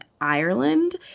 Ireland